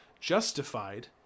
justified